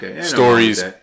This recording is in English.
stories